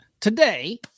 today